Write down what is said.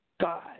God